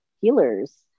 healers